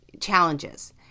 challenges